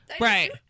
Right